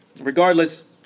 Regardless